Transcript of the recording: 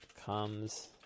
comes